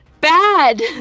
Bad